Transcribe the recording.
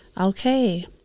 Okay